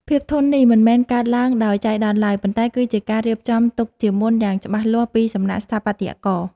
ភាពធន់នេះមិនមែនកើតឡើងដោយចៃដន្យឡើយ ប៉ុន្តែគឺជាការរៀបចំទុកជាមុនយ៉ាងច្បាស់លាស់ពីសំណាក់ស្ថាបត្យករ។